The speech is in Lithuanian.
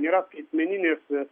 yra skaitmeninis